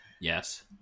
yes